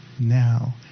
now